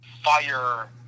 fire